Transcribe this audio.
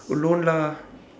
alone lah